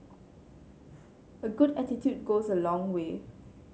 a good attitude goes a long way